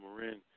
Marin